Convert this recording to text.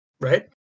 Right